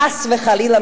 חס וחלילה,